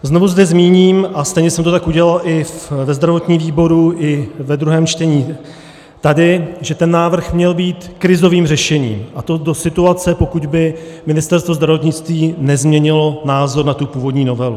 Znovu zde zmíním, a stejně jsem to tak udělal i ve zdravotním výboru i ve druhém čtení tady, že ten návrh měl být krizovým řešením, a to do situace, pokud by Ministerstvo zdravotnictví nezměnilo názor na tu původní novelu.